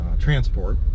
transport